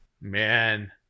Man